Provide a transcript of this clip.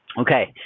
Okay